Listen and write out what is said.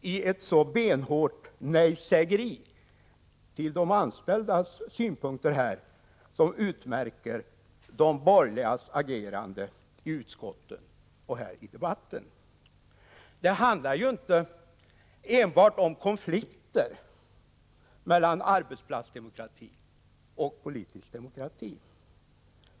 i ett så benhårt nejsägeri när det gäller de anställdas synpunkter som utmärker de borgerligas agerande i utskottet och här i debatten. Det handlar ju inte enbart om konflikter mellan arbetsplatsdemokrati och politisk demokrati.